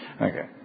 Okay